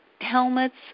helmets